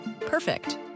Perfect